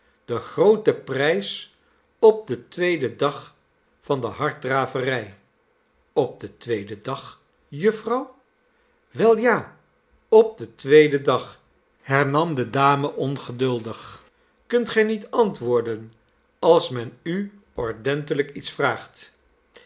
ben grooten prijs op den tweeden dag van de harddraverij op den tweeden dag jufvrouw wei ja op den tweeden dag hernam de dame ongeduldig kunt gij niet antwoorden als men u ordentelijk iets vraagt